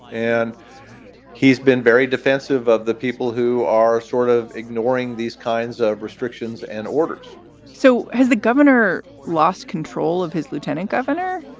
and he's been very defensive of the people who are sort of ignoring these kinds of restrictions and orders so has the governor lost control of his lieutenant governor?